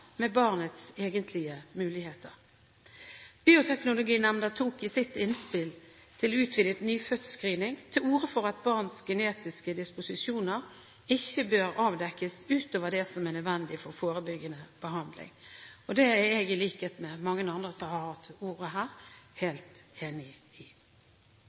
med barnets egentlige muligheter. Bioteknologinemnda tok i sitt innspill til utvidet nyfødtscreening til orde for at barns genetiske disposisjoner ikke bør avdekkes utover det som er nødvendig for forebyggende behandling. Det er jeg, i likhet med mange andre som har hatt ordet her, helt enig i.